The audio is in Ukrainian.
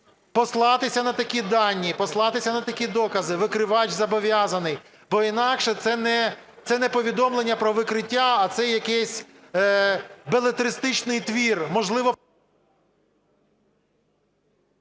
посилатись на такі дані, посилатись на такі докази викривач зобов'язаний. Бо інакше це не повідомлення про викриття, а це якийсь белетристичний твір.